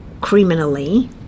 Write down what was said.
criminally